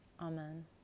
Amen